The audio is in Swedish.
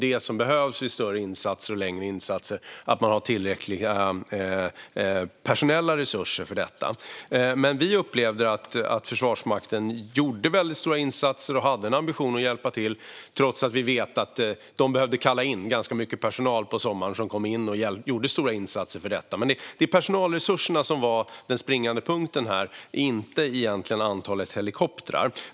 Det är ju detta - att man har tillräckliga personella resurser - som behövs vid större och längre insatser. Vi upplever att Försvarsmakten gjorde väldigt stora insatser och hade en ambition att hjälpa till, trots att vi vet att de behövde kalla in ganska mycket personal på sommaren som kom in och gjorde stora insatser för detta. Personalresurserna var den springande punkten, inte egentligen antalet helikoptrar.